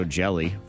jelly